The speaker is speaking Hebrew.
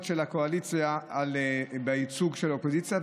של הקואליציה בייצוג של האופוזיציה.